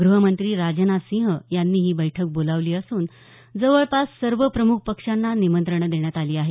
गृहमंत्री राजनाथ सिंह यांनी ही बैठक बोलावली असून जवळपास सर्व प्रमुख पक्षांना निमंत्रण देण्यात आलं आहे